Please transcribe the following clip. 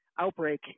outbreak